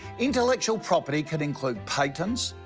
intellectual property can include patents,